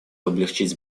облегчить